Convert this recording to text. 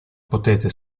potete